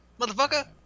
Motherfucker